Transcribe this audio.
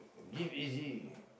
give easy